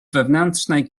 wewnętrznej